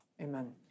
Amen